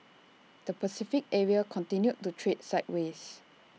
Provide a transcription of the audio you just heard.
the Pacific area continued to trade sideways